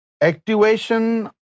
Activation